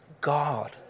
God